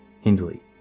Hindley